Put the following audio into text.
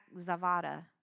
Zavada